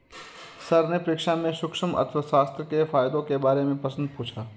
sir ने परीक्षा में सूक्ष्म अर्थशास्त्र के फायदों के बारे में प्रश्न पूछा